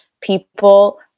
people